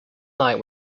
night